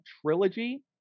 trilogy